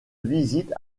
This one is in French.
visite